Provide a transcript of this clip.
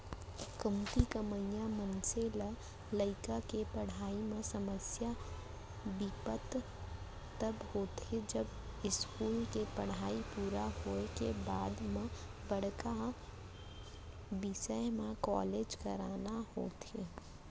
कमती कमइया मनसे ल लइका के पड़हई म समस्या बिपत तब होथे जब इस्कूल के पड़हई पूरा होए के बाद म बड़का बिसय म कॉलेज कराना होथे